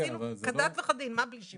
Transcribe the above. עשינו כדת וכדין, מה בלי שימוע?